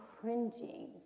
cringing